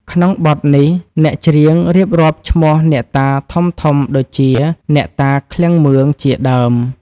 ក្នុងបទនេះ អ្នកច្រៀងរៀបរាប់ឈ្មោះអ្នកតាធំៗដូចជា អ្នកតាឃ្លាំងមឿង ជាដើម។